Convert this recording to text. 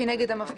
כנגד המפגינים.